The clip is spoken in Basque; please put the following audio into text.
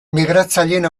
migratzaileen